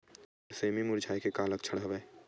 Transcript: मोर सेमी मुरझाये के का लक्षण हवय?